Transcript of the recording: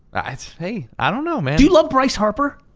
hey, i dunno, man. do you love bryce harper?